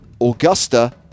Augusta